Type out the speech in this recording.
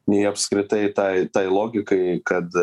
nei apskritai tai tai logikai kad